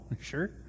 Sure